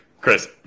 Chris